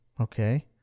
Okay